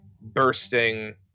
bursting